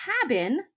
cabin